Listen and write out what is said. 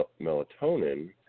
melatonin